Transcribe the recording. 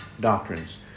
doctrines